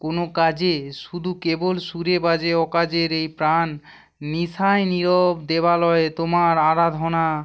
কোনো কাজে শুধু কেবল সুরে বাজে অকাজের এই প্রাণ নিশায় নীরব দেবালয়ে তোমার আরাধন